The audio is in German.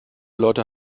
leute